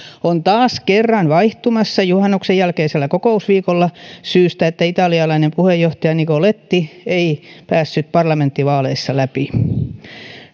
on taas kerran vaihtumassa juhannuksen jälkeisellä kokousviikolla syystä että italialainen puheenjohtaja nicoletti ei päässyt parlamenttivaaleissa läpi